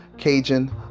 Cajun